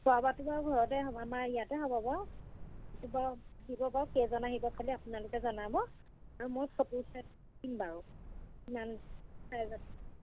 অঁ খোৱা বোৱাটো বাৰু ঘৰতে হ'ব আমাৰ ইয়াতে হ'ব বাৰু সেইটো বাৰু দিব বাৰু কেইজন আহিব খালি আপোনালোকে জনাব আৰু মোৰ ফটো দিম বাৰু